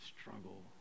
Struggle